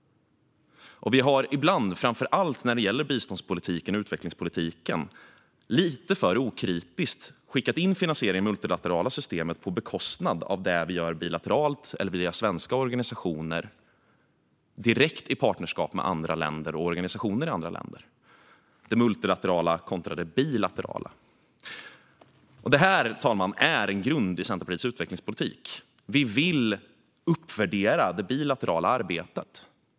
Vi har ibland, framför allt när det gäller bistånds och utvecklingspolitiken, lite för okritiskt skickat in finansiering i det multilaterala systemet på bekostnad av det vi gör bilateralt eller via svenska organisationer, i direkt partnerskap med andra länder och organisationer i andra länder. Det handlar om det multilaterala kontra det bilaterala. Detta, herr talman, är en grund i Centerpartiets utvecklingspolitik. Vi vill uppvärdera det bilaterala arbetet.